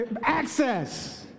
access